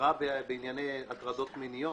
השתפרה בענייני הטרדות מיניות?